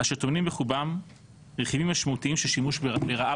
אשר טומנים בחובם רכיבים משמעותיים של שימוש לרעה